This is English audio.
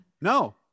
no